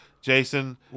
Jason